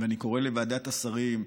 אני קורא לוועדת השרים,